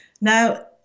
Now